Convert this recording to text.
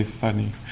funny